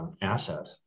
asset